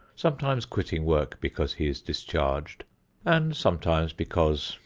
sometimes quitting work because he is discharged and sometimes because,